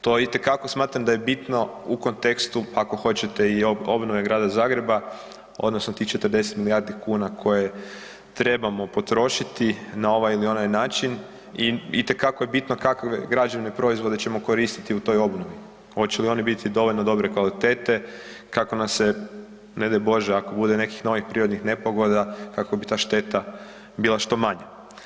To itekako smatram da je bitno u kontekstu, pa ako hoćete i obnove Grada Zagreba odnosno tih 40 milijardi kuna koje trebamo potrošiti na ovaj ili onaj način itekako je bitno kakve građevne proizvode ćemo koristiti u toj obnovi, oće li one biti dovoljno dobre kvalitete, kako nam se, ne daj Bože ako bude nekih novih prirodnih nepogodi, kako bi ta šteta bila što manja.